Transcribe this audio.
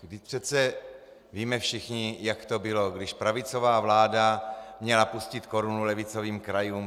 Vždyť přece víme všichni, jak to bylo, když pravicová vláda měla pustit korunu levicovým krajům.